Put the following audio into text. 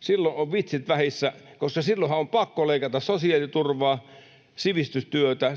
Silloin ovat vitsit vähissä, koska silloinhan on pakko leikata sosiaaliturvaa, sivistystyötä,